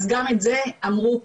אז גם את זה אמרו פה,